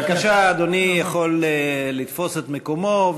בבקשה, אדוני יכול לתפוס את מקומו.